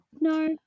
No